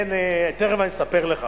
תיכף אספר לך.